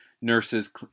nurses